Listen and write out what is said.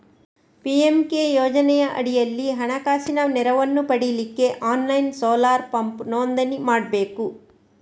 PMK ಯೋಜನೆಯ ಅಡಿಯಲ್ಲಿ ಹಣಕಾಸಿನ ನೆರವನ್ನ ಪಡೀಲಿಕ್ಕೆ ಆನ್ಲೈನ್ ಸೋಲಾರ್ ಪಂಪ್ ನೋಂದಣಿ ಮಾಡ್ಬೇಕು